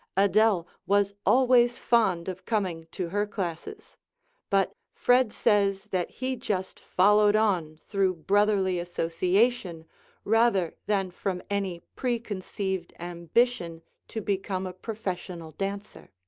adele was always fond of coming to her classes but fred says that he just followed on through brotherly association rather than from any preconceived ambition to become a professional dancer.